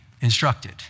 instructed